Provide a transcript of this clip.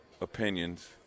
opinions